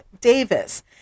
Davis